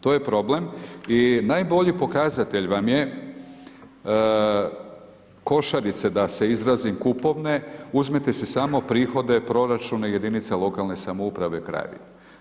To je problem i najbolji pokazatelj vam je, košarice, da se izrazim, kupovne, uzmite si samo prihode, proračune jedinica lokalne samouprave krajevi.